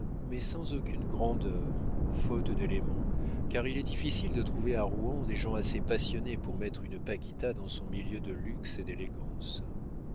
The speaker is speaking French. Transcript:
mais sans aucune grandeur faute d'éléments car il est difficile de trouver à rouen des gens assez passionnés pour mettre une paquita dans son milieu de luxe et d'élégance